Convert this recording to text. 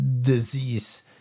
disease